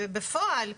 ובפועל,